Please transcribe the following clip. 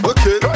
Okay